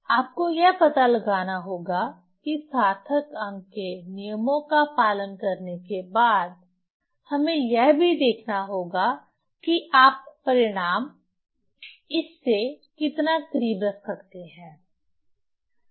आपको यह पता लगाना होगा कि सार्थक अंक के नियमों का पालन करने के बाद हमें यह भी देखना होगा कि आप परिणाम इस से कितना करीब रख सकते हैं